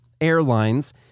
airlines